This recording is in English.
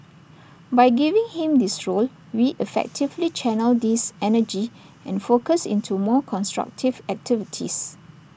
by giving him this role we effectively channelled diss energy and focus into more constructive activities